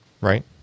right